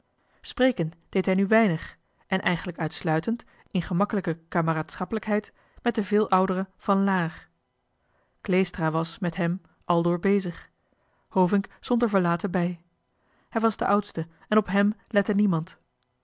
spreken deed hij nu weinig en eigenlijk uitsluitend in gemakkelijke kameraad schappelijkheid met den veel ouderen van laer kleestra was met hem aldoor bezig hovink stond er verlaten bij hij was de oudste en op hem lette niemand